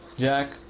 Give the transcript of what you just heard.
jack,